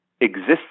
exists